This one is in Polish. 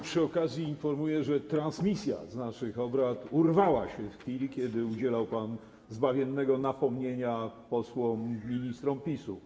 Przy okazji informuję, że transmisja z naszych obrad urwała się w chwili, kiedy udzielał pan zbawiennego napomnienia posłom i ministrom PiS-u.